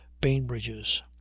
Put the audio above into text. bainbridges